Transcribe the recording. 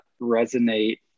resonate